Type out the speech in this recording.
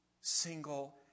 single